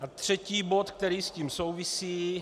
A třetí bod, který s tím souvisí.